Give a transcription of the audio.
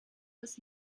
bis